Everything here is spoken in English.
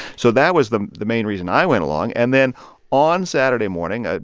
so that was the the main reason i went along. and then on saturday morning, ah